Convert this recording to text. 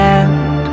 end